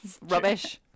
Rubbish